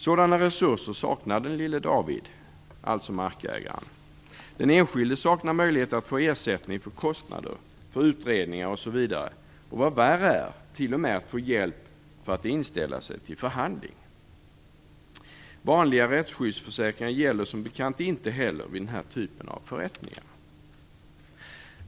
Sådana resurser saknar lille David, alltså markägaren. Den enskilde saknar möjligheter att få ersättning för kostnader för utredningar osv. och vad värre är t.o.m. att få hjälp att inställa sig vid förhandling. Vanliga rättsskyddsförsäkringar gäller som bekant inte heller vid den här typen av förrättningar.